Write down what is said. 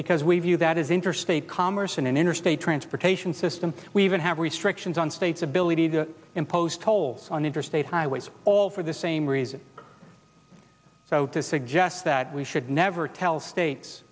because we view that as interstate commerce an interstate transportation system we even have restrictions on states ability to impose tolls on interstate highways all for the same reason to suggest that we should never tell states